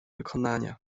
wykonania